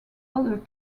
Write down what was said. other